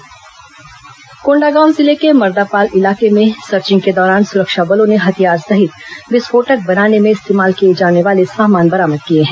माओवादी सामग्री बरामद आगजनी कोंडागांव जिले के मर्दापाल इलाके में सर्चिंग के दौरान सुरक्षा बलों ने हथियार सहित विस्फोटक बनाने में इस्तेमाल किए जाने वाले सामान बरामद किए हैं